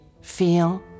feel